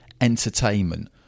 entertainment